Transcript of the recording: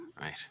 Right